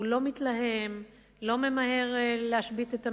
הוא לא מתלהם, לא ממהר להשבית את המשק,